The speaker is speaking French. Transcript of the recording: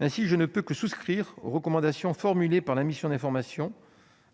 Ainsi, je ne peux que souscrire aux recommandations formulées par la mission d'information,